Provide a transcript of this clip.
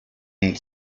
ihn